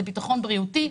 אם זה ביטחון בריאותי,